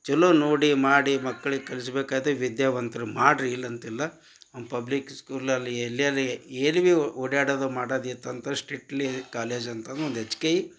ಚಲೋ ನೋಡಿ ಮಾಡಿ ಮಕ್ಕಳಿಗೆ ಕಲಿಸ್ಬೇಕಾದೆ ವಿದ್ಯಾವಂತ್ರು ಮಾಡ್ರಿ ಇಲ್ಲಂತಿಲ್ಲ ಪಬ್ಲಿಕ್ ಸ್ಕೂಲಲ್ಲಿ ಎಲ್ಲೆಲ್ಲಿ ಏನು ಬಿ ಓಡಾಡೋದು ಮಾಡೋದು ಇತ್ತಂತ ಸ್ಟ್ರಿಕ್ಟ್ಲಿ ಕಾಲೇಜ್ ಅಂತಾನು ಒಂದು ಎಚ್ ಕೆ ಇ